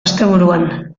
asteburuan